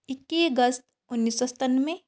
ਇੱਕੀ ਅਗਸਤ ਉੱਨੀ ਸੌ ਸਤਾਨਵੇਂ